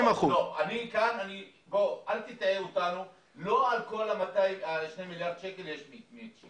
אל תתאר אותנו ככה לא על כל 2 מיליארד השקלים יש מצ'ינג.